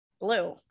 Blue